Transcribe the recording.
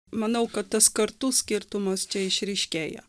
manau kad tas kartų skirtumas čia išryškėja